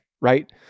right